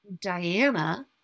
Diana